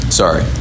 sorry